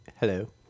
Hello